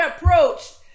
approached